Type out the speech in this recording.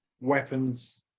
weapons